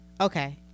Okay